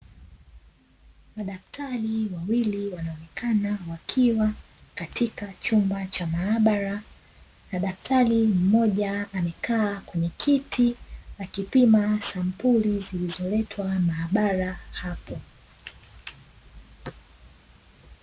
Madaktari wawili wanaonekana kwenye chumba cha maabara na daktari mmoja, akionekana ameketi akipima sampuli zilizoletwa maabara hapo.